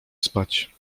spać